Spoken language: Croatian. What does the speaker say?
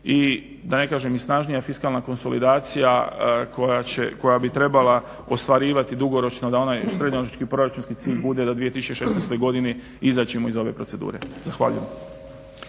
da ne kažem i snažnija fiskalna konsolidacija koja bi trebala ostvarivati dugoročno da ona srednjoročni proračunski cilj bude da u 2016. godini izađemo iz ove procedure. Zahvaljujem.